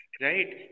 right